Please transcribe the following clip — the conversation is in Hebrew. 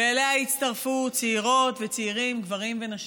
ואליה הצטרפו צעירות וצעירים, גברים ונשים.